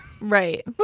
Right